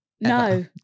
No